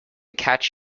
catch